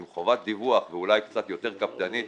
עם חובת דיווח ואולי קצת יותר קפדנית